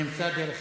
נמצא דרך.